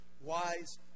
wise